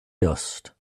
dust